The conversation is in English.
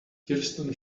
kirsten